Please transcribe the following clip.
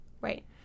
Right